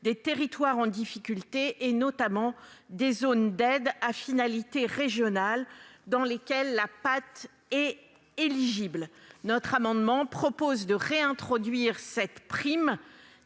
des territoires en difficulté, notamment les zones d'aide à finalité régionale, sur lesquelles la PAT peut être attribuée. Cet amendement vise à réintroduire cette prime